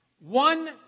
one